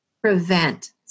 prevent